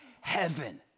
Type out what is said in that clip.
heaven